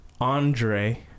Andre